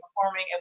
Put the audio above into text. performing